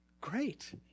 great